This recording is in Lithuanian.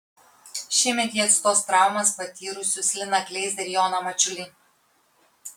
šiemet jie atstos traumas patyrusius liną kleizą ir joną mačiulį